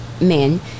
men